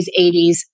80s